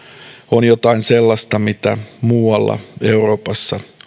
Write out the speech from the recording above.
on jotain sellaista mitä muualla euroopassa